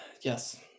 yes